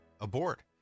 abort